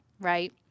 right